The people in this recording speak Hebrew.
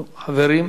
טוב, חברים.